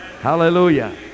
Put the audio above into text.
Hallelujah